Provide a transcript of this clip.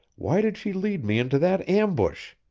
why did she lead me into that ambush?